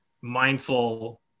mindful